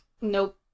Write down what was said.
Nope